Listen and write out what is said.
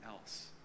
else